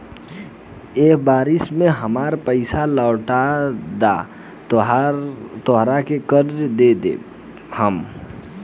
एक बरिस में हामार पइसा लौटा देबऽ त तोहरा के कर्जा दे देम